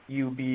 UB